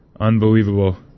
unbelievable